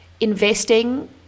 investing